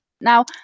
Now